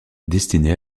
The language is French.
destiné